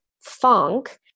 funk